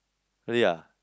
really ah